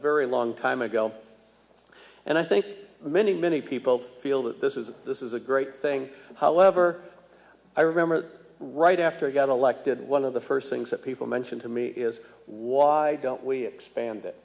very long time ago and i think many many people feel that this is a this is a great thing however i remember right after i got elected one of the first things that people mention to me is why don't we expand it